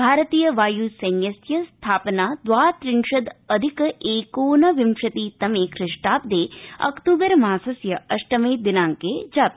भारतीय वायु सैन्यस्य स्थापना द्वात्रिशदधिकैकोनविंशतितमस्य खिष्टाब्दस्य अक्तबर मासस्य अष्टमे दिनांके जाता